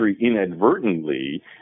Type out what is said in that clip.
inadvertently